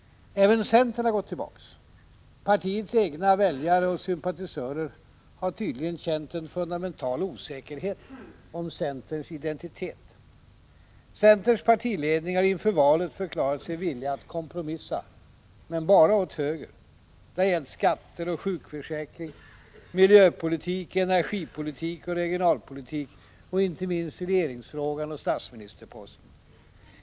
Även centern har gått tillbaka. Partiets egna väljare och sympatisörer har tydligen känt en fundamental osäkerhet om centerns identitet. Centerns partiledning har inför valet förklarat sig villig att kompromissa — men bara åt höger. Det har gällt skatter och sjukförsäkring, miljöpolitik, energipolitik och regionalpolitik — och inte minst regeringsfrågan och statsministerposten.